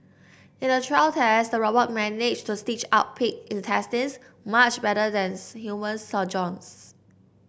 in a trial test the robot managed to stitch up pig intestines much better than human surgeons